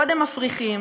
ממלכתיים